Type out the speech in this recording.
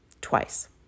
twice